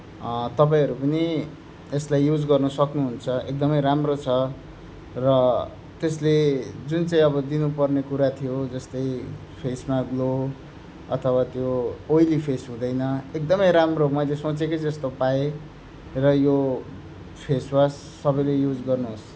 तपाईँहरू पनि यसलाई युज गर्न सक्नुहुन्छ एकदमै राम्रो छ र त्यसले जुन चाहिँ अब दिनुपर्ने कुरा थियो जस्तै फेसमा ग्लो अथवा त्यो ओइली फेस हुँदैन एकदमै राम्रो मैले सोचेकै जस्तो पाएँ र यो फेसवास सबैले युज गर्नुहोस्